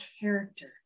character